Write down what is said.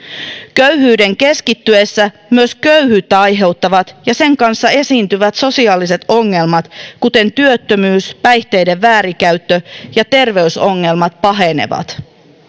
köyhyyden keskittyessä myös köyhyyttä aiheuttavat ja sen kanssa esiintyvät sosiaaliset ongelmat kuten työttömyys päihteiden väärinkäyttö ja terveysongelmat pahenevat